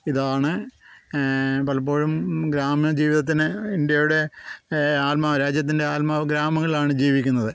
ഇതാണ് പലപ്പോഴും ഗ്രാമം ജീവിതത്തിന് ഇൻഡ്യയുടെ ആത്മാവ് രാജ്യത്തിൻ്റെ ആത്മാവ് ഗ്രാമങ്ങളിലാണ് ജീവിക്കുന്നത്